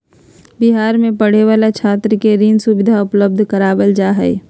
बिहार में पढ़े वाला छात्र के ऋण सुविधा उपलब्ध करवाल जा हइ